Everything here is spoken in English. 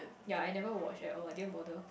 ya I never watch at all I didn't bother